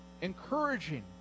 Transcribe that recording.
encouraging